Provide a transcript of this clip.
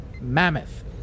Mammoth